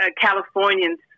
Californians